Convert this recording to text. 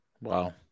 wow